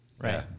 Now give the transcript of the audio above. Right